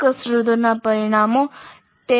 આ કસરતોના પરિણામો tale